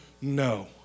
no